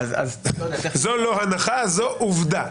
זו עובדה.